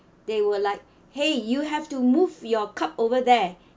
they were like !hey! you have to move your cup over there